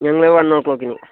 ഞങ്ങൾ വൺ ഓ ക്ലോക്കിന്